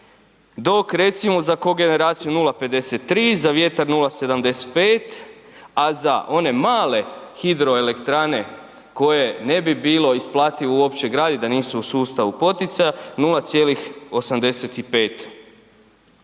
dok recimo za kogeneraciju 0,53, za vjertar 0,75 a za one male hidroelektrane koje ne bi bilo isplativo uopće graditi da nisu u sustavu poticaja 0,85